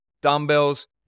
dumbbells